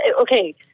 okay